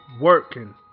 working